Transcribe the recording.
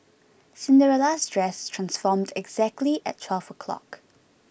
Cinderella's dress transformed exactly at twelve o'clock